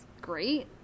great